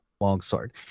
longsword